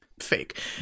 fake